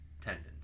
tendons